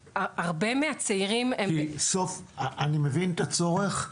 כי אני מבין את הצורך,